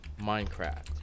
minecraft